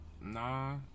Nah